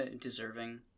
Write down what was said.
deserving